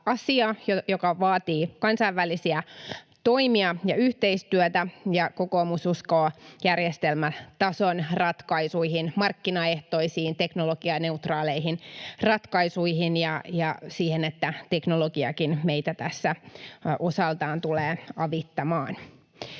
asia, joka vaatii kansainvälisiä toimia ja yhteistyötä, ja kokoomus uskoo järjestelmätason ratkaisuihin, markkinaehtoisiin, teknologianeutraaleihin ratkaisuihin ja siihen, että teknologiakin meitä tässä osaltaan tulee avittamaan.